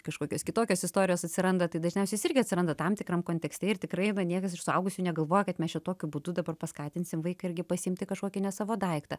kažkokios kitokios istorijos atsiranda tai dažniausiai jos irgi atsiranda tam tikram kontekste ir tikrai na niekas iš suaugusių negalvoja kad mes čia tokiu būdu dabar paskatinsim vaiką irgi pasiimti kažkokį ne savo daiktą